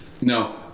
No